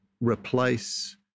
replace